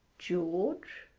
george?